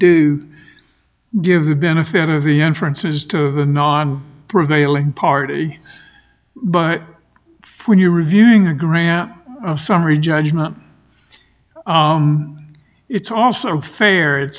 do give the benefit of the entrances to the non prevailing party but when you're reviewing a grant summary judgment it's also fair it